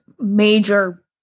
major